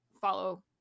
follow